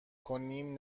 کنیم